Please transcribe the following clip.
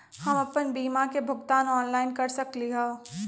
हम अपन बीमा के भुगतान ऑनलाइन कर सकली ह?